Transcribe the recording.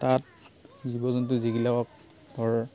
তাত জীৱ জন্তু যিগিলাকক ধৰ